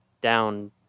down